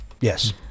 Yes